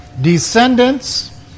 descendants